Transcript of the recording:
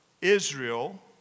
Israel